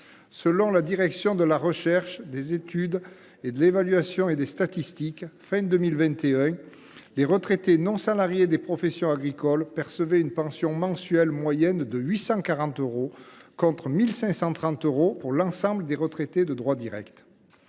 Selon la direction de la recherche, des études, de l’évaluation et des statistiques (Drees), à la fin de l’année 2021, les retraités non salariés des professions agricoles percevaient une pension mensuelle moyenne de 840 euros, contre 1 530 euros pour l’ensemble des retraités de droit direct.